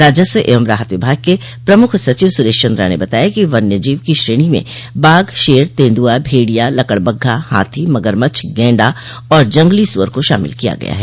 राजस्व एवं राहत विभाग के प्रमुख सचिव सुरेश चन्द्रा ने बताया कि वन्य जीव की श्रेणी में बाघ शेर तेन्दुआ भेड़िया लकड़बग्घा हाथी मगरमच्छ गेंडा और जंगली सुअर को शामिल किया गया है